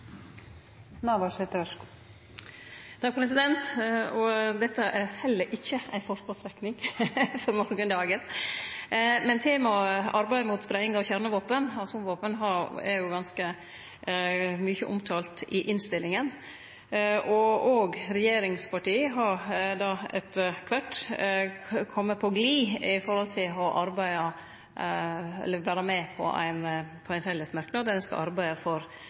heller ikkje ei forpostfekting før morgondagen. Temaet arbeid mot spreiing av kjernevåpen – atomvåpen – er jo ganske mykje omtalt i innstillinga. Òg regjeringspartia har etter kvart kome på glid når det gjeld å vere med på ein felles merknad der det står at ein skal arbeide for